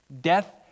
Death